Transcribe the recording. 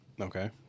Okay